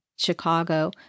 chicago